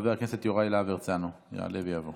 חבר הכנסת יוראי להב הרצנו יעלה ויבוא.